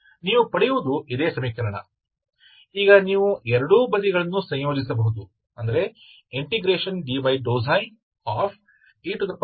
ನೀವು ಪಡೆಯುವುದು ಇದೇ ಸಮೀಕರಣ